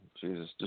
Jesus